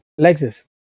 Lexus